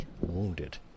wounded